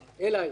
יכול להיות,